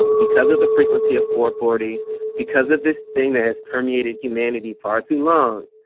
because of the frequency of four forty because of this thing that has permeated humanity for too long.